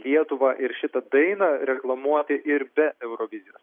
lietuvą ir šitą dainą reklamuoti ir be eurovizijos